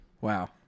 Wow